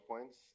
points